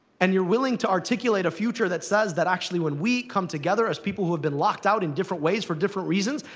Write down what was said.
and you're willing to articulate a future that says that, actually, when we come together as people who have been locked out in different ways for different reasons,